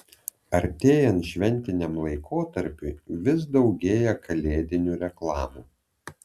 artėjant šventiniam laikotarpiui vis daugėja kalėdinių reklamų